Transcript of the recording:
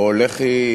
או לכי